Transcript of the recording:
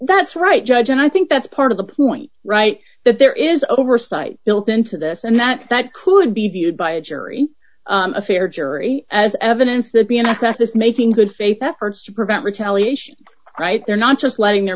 that's right judge and i think that's part of the point right that there is oversight built into this and that that could be viewed by a jury a fair jury as evidence that be an asset this making good faith efforts to prevent retaliation right there not just letting their